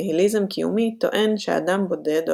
ניהיליזם קיומי טוען שאדם בודד או